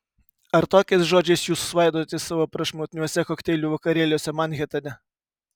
ar tokiais žodžiais jūs svaidotės savo prašmatniuose kokteilių vakarėliuose manhetene